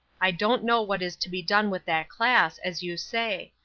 i don't know what is to be done with that class, as you say.